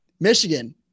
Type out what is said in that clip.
Michigan